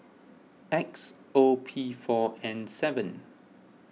X O P four N seven